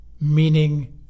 meaning